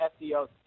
FDO